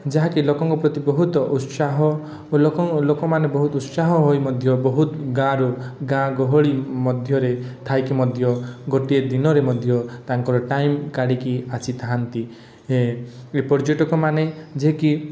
ଯାହା କି ଲୋକଙ୍କ ପ୍ରତି ବହୁତ ଉତ୍ସାହ ଓ ଲୋକଙ୍କ ଲୋକମାନେ ବହୁତ ଉତ୍ସାହ ହୋଇ ମଧ୍ୟ ବହୁତ ଗାଁରୁ ଗାଁ ଗହଳି ମଧ୍ୟରେ ଥାଇକି ମଧ୍ୟ ଗୋଟିଏ ଦିନରେ ମଧ୍ୟ ତାଙ୍କର ଟାଇମ କାଢ଼ିକି ଆସିଥାନ୍ତି ଏ ପର୍ଯ୍ୟଟକମାନେ ଯେ କି